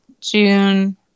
June